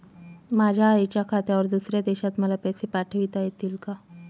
माझ्या आईच्या खात्यावर दुसऱ्या देशात मला पैसे पाठविता येतील का?